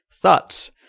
Thoughts